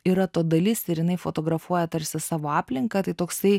yra to dalis ir jinai fotografuoja tarsi savo aplinką tai toksai